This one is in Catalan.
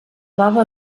baba